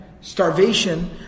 starvation